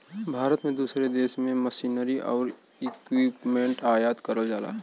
भारत में दूसरे देश से मशीनरी आउर इक्विपमेंट आयात करल जाला